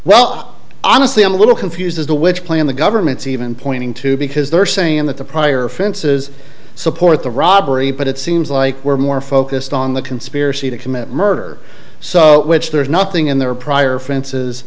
well honestly i'm a little confused as to which plan the government's even pointing to because they're saying that the prior offenses support the robbery but it seems like we're more focused on the conspiracy to commit murder so which there is nothing in their prior offenses